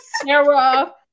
Sarah